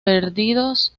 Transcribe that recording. perdidos